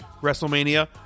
wrestlemania